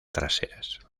traseras